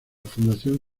fundación